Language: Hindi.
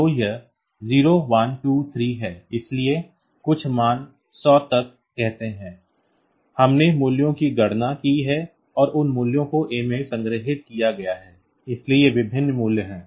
तो यह 0 1 2 3 है इसलिए कुछ मान 100 तक कहते हैं हमने मूल्यों की गणना की है और उन मूल्यों को A में संग्रहीत किया गया है इसलिए ये विभिन्न मूल्य हैं